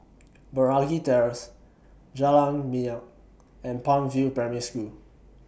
Meragi Terrace Jalan Minyak and Palm View Primary School